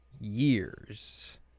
Years